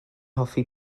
hoffi